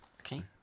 Okay